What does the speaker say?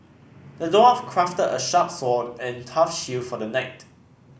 the dwarf crafted a sharp sword and tough shield for the knight